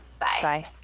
Bye